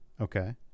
okay